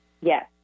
Yes